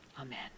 Amen